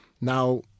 Now